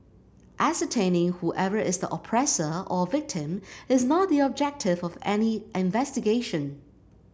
ascertaining whoever is the oppressor or victim is not the objective of any investigation